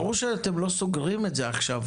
ברור שאתם לא סוגרים את זה עכשיו,